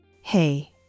Hey